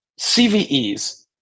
CVEs